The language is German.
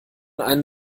einen